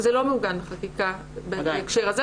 זה לא מעוגן בחקיקה בהקשר הזה,